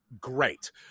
great